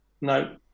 no